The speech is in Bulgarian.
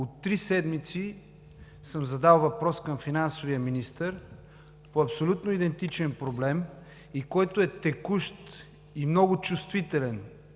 От три седмици съм задал въпрос към финансовия министър по абсолютно идентичен проблем, който е текущ и много чувствителен.